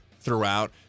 throughout